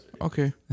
Okay